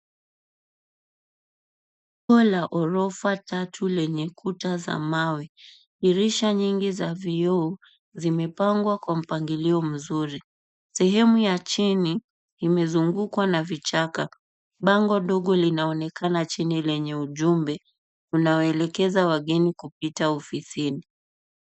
Umbo la ghorofa tatu lenye kuta za mawe. Dirisha nyingi za vioo zimepangwa kwa mpangilio mzuri. Sehemu ya chini imezungukwa na vichaka. Bango ndogo linaonekana upande wa chini lenye ujumbe unaoelekeza wageni kupita ofisini.